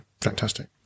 Fantastic